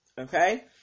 Okay